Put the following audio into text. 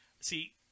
see